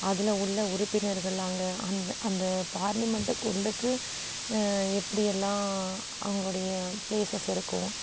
அதில் உள்ள உறுப்பினர்கள் அங்கே அந்த அந்த பார்லிமெண்ட்டுக்கு உள்ளக்கு எப்படியெல்லாம் அவங்களுடைய ப்ளேஸஸ் இருக்கும்